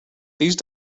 these